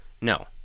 No